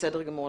בסדר גמור.